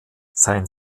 sein